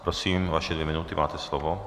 Prosím, vaše dvě minuty, máte slovo.